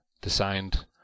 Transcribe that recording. designed